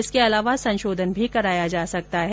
इसके अलावा संशोधन भी कराया जा सकता है